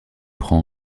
prend